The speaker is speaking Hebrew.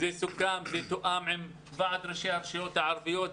זה סוכם ותואם עם ועד ראשי הרשויות הערביות.